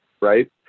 right